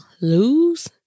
lose